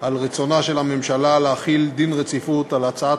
על רצונה של הממשלה להחיל דין רציפות על הצעת